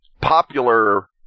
popular